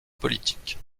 politiques